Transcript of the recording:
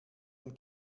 den